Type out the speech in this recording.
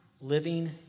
living